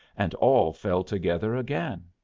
and all fell together again.